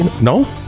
no